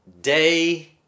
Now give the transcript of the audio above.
Day